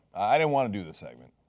i didn't want to do the segment.